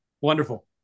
Wonderful